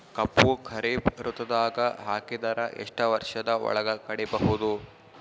ಕಬ್ಬು ಖರೀಫ್ ಋತುದಾಗ ಹಾಕಿದರ ಎಷ್ಟ ವರ್ಷದ ಒಳಗ ಕಡಿಬಹುದು?